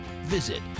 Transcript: Visit